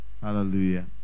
Hallelujah